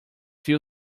few